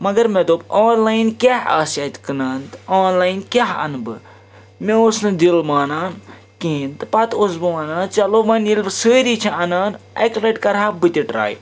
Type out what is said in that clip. مگر مےٚ دوٚپ آنلاین کیٛاہ آسہِ اَتہِ کٕنان تہٕ آنلاین کیٛاہ اَنہٕ بہٕ مےٚ اوس نہٕ دِل مانان کِہیٖنۍ تہٕ پَتہٕ اوسُس بہٕ وَنان چلو وۄَنۍ ییٚلہِ وۄنۍ سٲری چھِ اَنان اَکہِ لَٹہِ کَرٕ ہا بہٕ تہِ ٹرٛاے